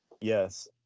Yes